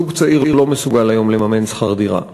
זוג צעיר לא מסוגל היום לממן שכר דירה,